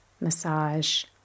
massage